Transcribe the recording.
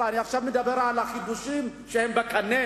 עכשיו אני מדבר על החידושים שבקנה,